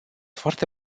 foarte